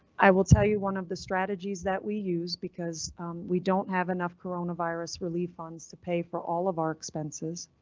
i will tell you one of the strategies that we use because we don't have enough coronavirus relief funds to pay for all of our expenses.